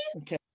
Okay